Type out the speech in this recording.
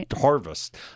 Harvest